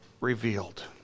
revealed